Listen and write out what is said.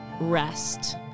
rest